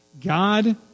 God